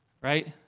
right